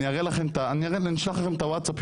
אני אשלח לכם את הווטסאפים.